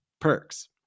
perks